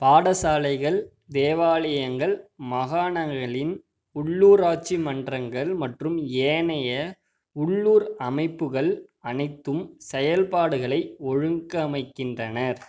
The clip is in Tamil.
பாடசாலைகள் தேவாலயங்கள் மாகாணங்களின் உள்ளூராட்சி மன்றங்கள் மற்றும் ஏனைய உள்ளூர் அமைப்புகள் அனைத்தும் செயற்பாடுகளை ஒழுங்கமைக்கின்றன